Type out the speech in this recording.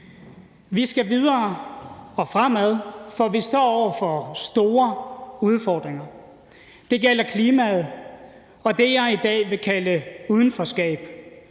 Vi skal videre og fremad, for vi står over for store udfordringer. Det gælder klimaet og det, jeg i dag vil kalde udenforskab,